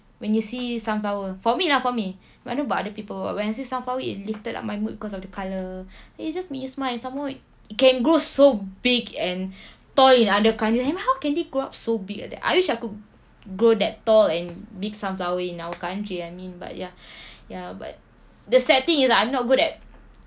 when you see sunflower for me lah for me I don't know about other people when I see sunflower it lifted up my mood cause of the colour then it just make you smile some more it can grow so big and tall in other countries I'm like how can they grow up so big like that I wish I could grow that tall and big sunflower in our country I mean but ya ya but the sad thing is that I'm not good at